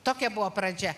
tokia buvo pradžia